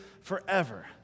forever